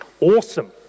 awesome